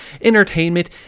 entertainment